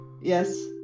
Yes